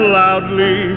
loudly